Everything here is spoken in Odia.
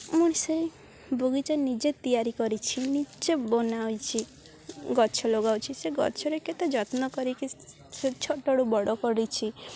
ମୁଁ ସେ ବଗିଚା ନିଜେ ତିଆରି କରିଛି ନିଜେ ବନା ହେଉଛି ଗଛ ଲଗାଉଛି ସେ ଗଛରେ କେତେ ଯତ୍ନ କରିକି ସେ ଛୋଟରୁ ବଡ଼ କରିଛି